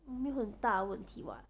我没有很大的问题 [what]